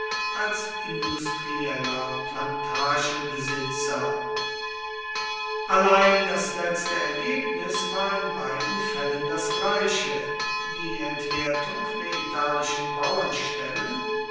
als industrieller plantagenbesitzer allein das letzte ergebnis war in beiden fällen das gleiche die entwertung der italischen